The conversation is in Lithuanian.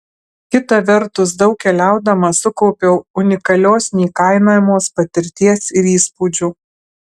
kita vertus daug keliaudama sukaupiau unikalios neįkainojamos patirties ir įspūdžių